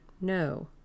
no